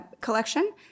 collection